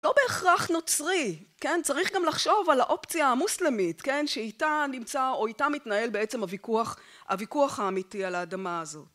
לא בהכרח נוצרי, צריך גם לחשוב על האופציה המוסלמית שאיתה נמצא או איתה מתנהל בעצם הוויכוח האמיתי על האדמה הזאת.